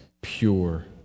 pure